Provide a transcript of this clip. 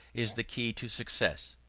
is the key to success.